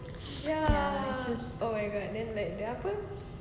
ya so sweet